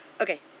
Okay